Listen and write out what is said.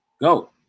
go